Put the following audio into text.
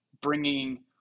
bringing